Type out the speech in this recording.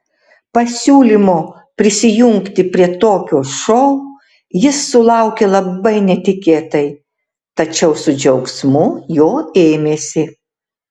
pasiūlymo prisijungti prie tokio šou jis sulaukė labai netikėtai tačiau su džiaugsmu jo ėmėsi